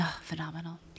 Phenomenal